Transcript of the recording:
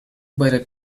better